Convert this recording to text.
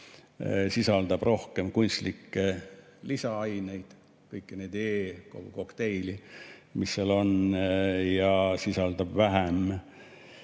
sisaldab rohkem kunstlikke lisaaineid, kõiki neid E‑kokteile, mis seal on, ja sisaldab vähem